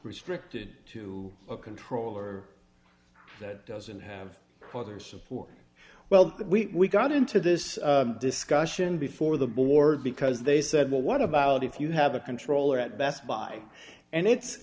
restricted to a control or that doesn't have a father support well we got into this discussion before the board because they said well what about if you have a controller at best buy and it's